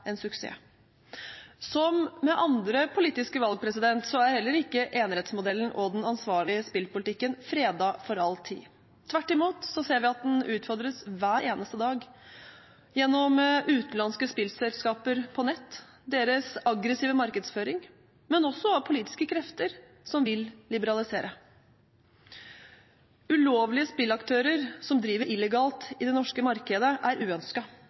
en suksess. Som med andre politiske valg er heller ikke enerettsmodellen og den ansvarlige spillpolitikken fredet for all tid. Tvert imot ser vi at den utfordres hver eneste dag, gjennom utenlandske spillselskaper på nett, deres aggressive markedsføring, men også av politiske krefter som vil liberalisere. Ulovlige spillaktører som driver illegalt i det norske markedet, er